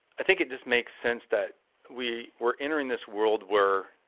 i think it just makes sense that we were entering this world where